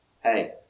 Hey